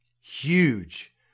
huge